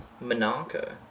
Monaco